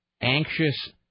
anxious